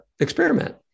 experiment